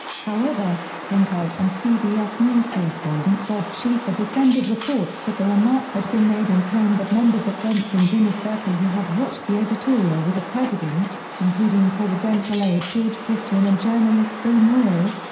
however, cronkite and cbs news correspondent bob schieffer defended reports that the remark had been made and claimed that members of johnson's inner circle who had watched the editorial with the president, including presidential aide george christian and journalist bill moyers,